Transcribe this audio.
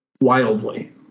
Wildly